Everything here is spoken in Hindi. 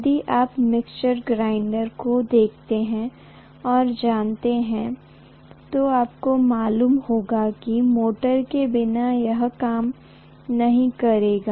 यदि आप मिक्सर ग्राइंडर को देखते और जानते हैं तो आपको मालूम होगा की मोटर के बिना यह काम नहीं करेगा